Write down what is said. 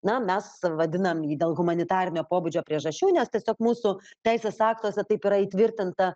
na mes vadinam jį dėl humanitarinio pobūdžio priežasčių nes tiesiog mūsų teisės aktuose taip yra įtvirtinta